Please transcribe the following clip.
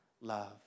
love